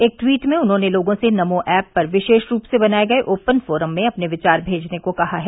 एक ट्वीट में उन्होंने लोगों से नमो एप्प पर विशेष रूप से बनाये गए ओपन फोरम में अपने विचार भेजने को कहा है